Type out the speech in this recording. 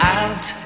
out